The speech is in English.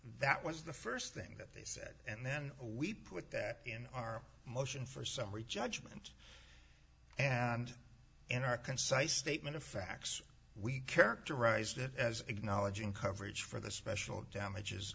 that was the first thing that they said and then we put that in our motion for summary judgment and in our concise statement of facts we characterized it as acknowledging coverage for the special damages